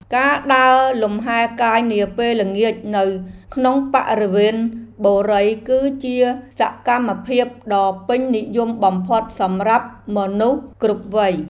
ការដើរលំហែកាយនាពេលល្ងាចនៅក្នុងបរិវេណបុរីគឺជាសកម្មភាពដ៏ពេញនិយមបំផុតសម្រាប់មនុស្សគ្រប់វ័យ។